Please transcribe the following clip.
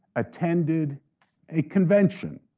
attended a convention,